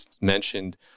mentioned